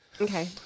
okay